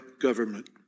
government